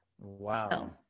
wow